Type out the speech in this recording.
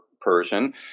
Persian